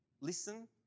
listen